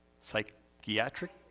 psychiatric